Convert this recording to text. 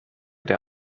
der